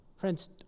friends